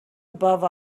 above